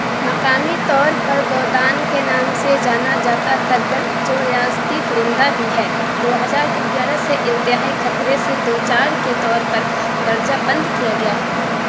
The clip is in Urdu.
مقامی طور پر گودان کے نام سے جانا جاتا تگدر جو ریاستی پرندہ بھی ہے دو ہزار اگیارہ سے انتہائی خطرے سے دو چار کے طور پر درجہ بند کیا گیا ہے